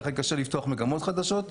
ולכן קשה לפתוח מגמות חדשות,